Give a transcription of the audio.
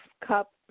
cup